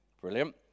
Brilliant